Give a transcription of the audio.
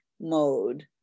mode